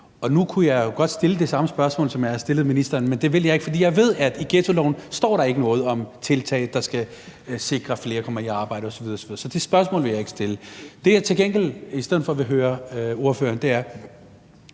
Og nu kunne jeg jo godt stille det samme spørgsmål, som jeg har stillet ministeren, men det vil jeg ikke, for jeg ved, at der i ghettoloven ikke står noget om tiltag, der skal sikre, at flere kommer i arbejde, osv. osv. Så det spørgsmål vil jeg ikke stille. Det, jeg til gengæld i stedet for